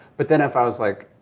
but then if i was like,